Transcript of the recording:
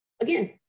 again